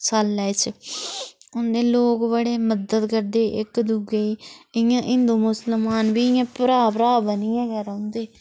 सालै च उन्ने लोक बड़े मदद करदे इक दुए इ'यां हिंदू मुसलमान बी इ'यां भ्राऽ भ्राऽ बनियै गै रौंहदे